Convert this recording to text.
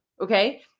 Okay